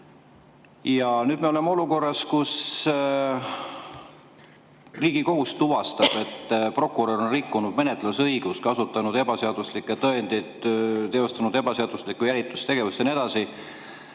Nüüd me oleme olukorras, kus Riigikohus tuvastas, et prokurör on rikkunud menetlusõigust, kasutanud ebaseaduslikke tõendeid, teostanud ebaseaduslikku jälitustegevust ja nii edasi.